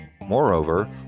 Moreover